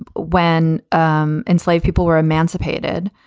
and when um enslaved people were emancipated,